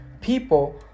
people